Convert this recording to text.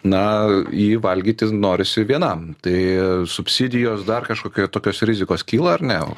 na jį valgyti norisi vienam tai subsidijos dar kažkokia tokios rizikos kyla ar ne